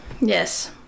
Yes